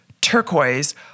turquoise